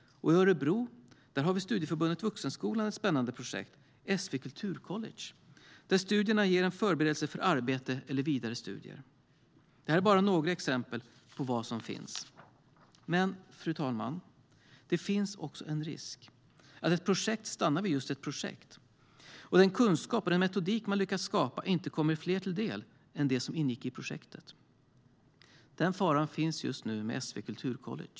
Och i Örebro har Studieförbundet Vuxenskolan ett spännande projekt, SV Kulturcollege, där studierna ger en förberedelse för arbete eller vidare studier. Det här är bara några exempel på vad som finns. Men, fru talman, det finns också en risk att ett projekt stannar vid att vara just ett projekt och att den kunskap och den metodik man lyckats skapa inte kommer fler till del än dem som ingick i projektet. Den faran finns nu med SV Kulturcollege.